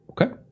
Okay